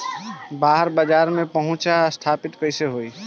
बाहर बाजार में पहुंच स्थापित कैसे होई?